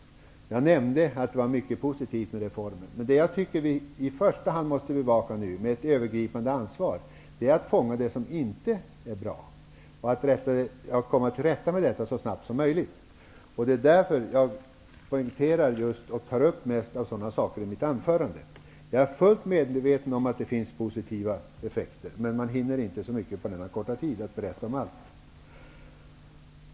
Jag nämnde att det fanns mycket positivt i reformen. Jag menar att vi nu i första hand har ett övergripande ansvar för att fånga upp det som inte är bra och se till att så snabbt som möjligt komma till rätta med detta. Det är av den anledningen som jag i mitt anförande i huvudsak tar upp sådant som inte är bra med reformen. Jag är fullt medveten om att ÄDEL-reformen har haft positiva effekter, men man hinner inte på denna korta tid berätta om allt.